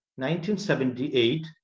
1978